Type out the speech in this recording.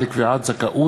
דירה),